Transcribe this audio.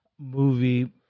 movie